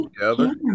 together